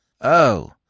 Oh